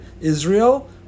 Israel